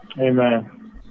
Amen